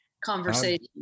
conversation